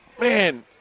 man